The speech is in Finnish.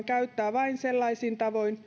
vain sellaisin tavoin jotka ovat välttämättömiä